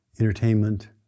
entertainment